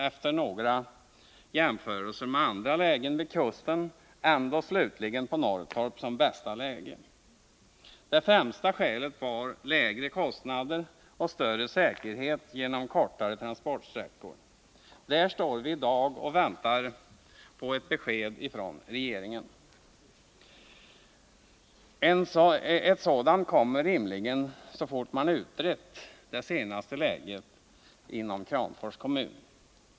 Efter några jämförelser med andra lägen vid kusten kom den nya utredningen ändå fram till att Norrtorp hade det bästa läget. Det främsta skälet var lägre kostnader och större säkerhet tack vare kortare transportsträckor. Här står vi i dag och väntar på ett besked från regeringen. Ett sådant kommer rimligen så snart man har utrett det senaste läget inom Kramfors kommun.